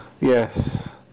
Yes